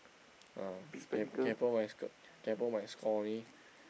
ah kay kaypoh my sc~ kaypoh my score only